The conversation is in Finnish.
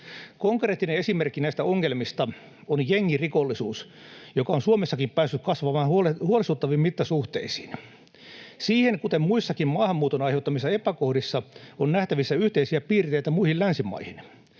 Konkreettinen esimerkki näistä ongelmista on jengirikollisuus, joka on Suomessakin päässyt kasvamaan huolestuttaviin mittasuhteisiin. Siinä, kuten muissakin maahanmuuton aiheuttamissa epäkohdissa, on nähtävissä yhteisiä piirteitä muihin länsimaihin.